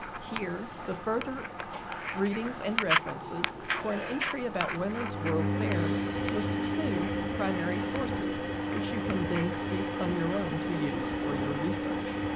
here the further readings and references for an entry about women's world fairs list two primary sources which you can then seek on your own to use for your research